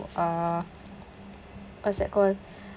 uh what's that called